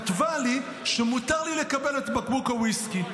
כתבה לי שמותר לי לקבל את בקבוק הוויסקי.